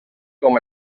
com